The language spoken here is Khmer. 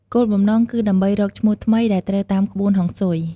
គោលបំណងគឺដើម្បីរកឈ្មោះថ្មីដែលត្រូវតាមក្បួនហុងស៊ុយ។